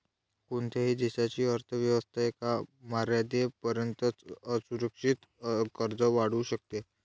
कोणत्याही देशाची अर्थ व्यवस्था एका मर्यादेपर्यंतच असुरक्षित कर्ज वाढवू शकते